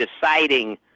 deciding